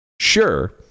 sure